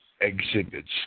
exhibits